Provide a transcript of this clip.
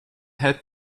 had